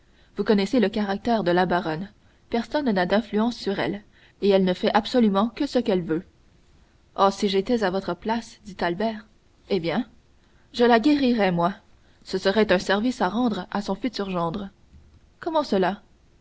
vous connaissez le caractère de la baronne personne n'a d'influence sur elle et elle ne fait absolument que ce qu'elle veut oh si j'étais à votre place dit albert eh bien je la guérirais moi ce serait un service à rendre à son futur gendre comment cela